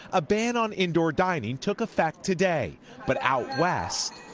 a ban on indoor dining took effect today but out west